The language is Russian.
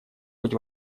быть